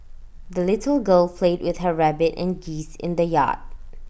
the little girl played with her rabbit and geese in the yard